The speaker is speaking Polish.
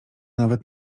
nawet